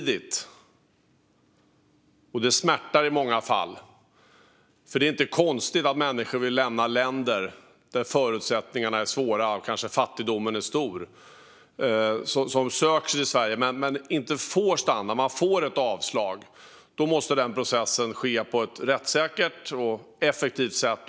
Det är inte konstigt att människor vill lämna länder där förutsättningarna är svåra och fattigdomen är stor. Dessa kanske söker sig till Sverige men får inte stanna, får ett avslag. Även om det kan smärta i många fall måste den processen ske på ett rättssäkert och effektivt sätt.